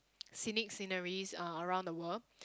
scenic sceneries uh around the world